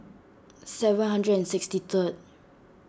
seven hundred and sixty third